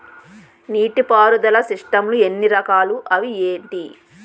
నీటిపారుదల సిస్టమ్ లు ఎన్ని రకాలు? అవి ఏంటి?